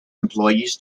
employees